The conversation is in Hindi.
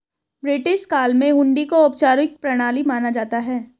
ब्रिटिश काल में हुंडी को औपचारिक प्रणाली माना जाता था